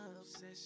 obsession